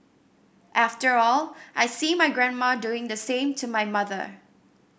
after all I see my grandma doing the same to my mother